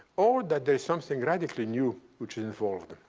or that there is something radically new which is involved.